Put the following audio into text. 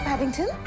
Paddington